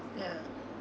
ya